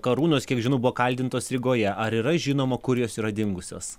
karūnos kiek žinau buvo kaldintos rygoje ar yra žinoma kur jos yra dingusios